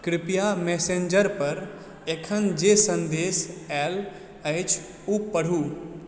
कृपया मैसेन्जर पर एखन जे सन्देश आयल अछि ओ पढ़ू